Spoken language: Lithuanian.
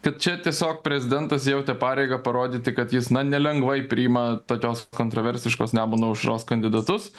kad čia tiesiog prezidentas jautė pareigą parodyti kad jis na nelengvai priima tokios kontroversiškos nemuno aušros kandidatus